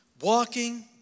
Walking